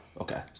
Okay